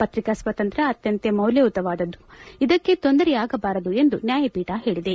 ಪತ್ರಿಕಾ ಸ್ನಾತಂತ್ರ್ನ ಅತ್ಯಂತ ಮೌಲ್ಲಯುತವಾದದ್ದು ಇದಕ್ಕೆ ತೊಂದರೆಯಾಗಬಾರದು ಎಂದು ನ್ನಾಯಪೀಠ ಹೇಳಿದೆ